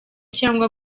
cyangwa